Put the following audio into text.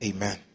Amen